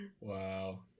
Wow